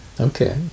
Okay